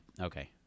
okay